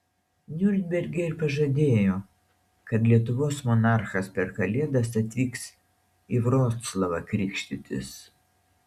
niurnberge ir pažadėjo kad lietuvos monarchas per kalėdas atvyks į vroclavą krikštytis